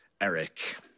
Eric